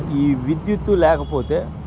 ఈ విద్యుత్తు లేకపోతే